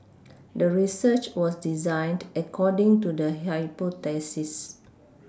the research was designed according to the hypothesis